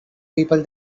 people